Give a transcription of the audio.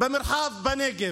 במרחב בנגב.